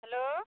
hello